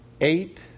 Eight